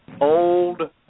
old